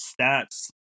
stats